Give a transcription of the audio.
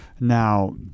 Now